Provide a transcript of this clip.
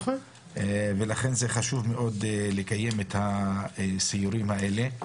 ולכן חשוב מאוד לקיים את הסיורים האלה.